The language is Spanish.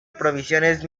provisiones